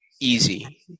easy